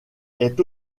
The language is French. est